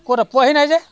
ক'তা পোৱাহি নাই যে